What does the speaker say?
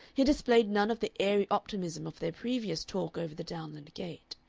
he displayed none of the airy optimism of their previous talk over the downland gate.